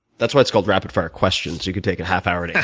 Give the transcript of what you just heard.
that's why it's called rapid fire questions. you could take a half hour yeah